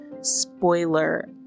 spoiler